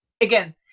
again